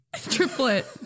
triplet